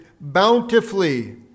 bountifully